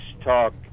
talk